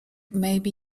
maybe